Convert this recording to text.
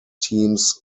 teams